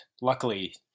luckily